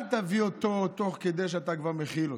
אל תביא אותו תוך כדי שאתה כבר מחיל אותו,